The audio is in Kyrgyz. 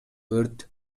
өрт